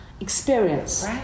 experience